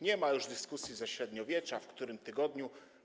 Nie ma już dyskusji ze średniowiecza o tym, w którym tygodniu.